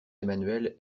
emmanuelle